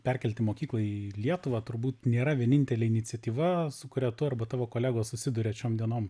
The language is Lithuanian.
perkelti mokyklą į lietuvą turbūt nėra vienintelė iniciatyva su kuria tu arba tavo kolegos susiduria šiom dienom